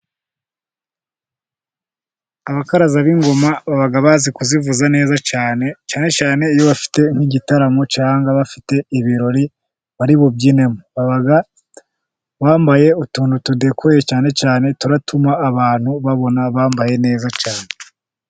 Abakaraza b'ingoma, baba bazi kuzivuza neza cyane, cyane cyane iyo bafite nk'igitaramo, cyangwa bafite ibirori bari bubyinemo, baba bambaye utuntu tudekoye cyane cyane, turatuma abantu babona bambaye neza cyane.